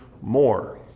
more